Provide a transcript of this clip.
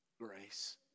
grace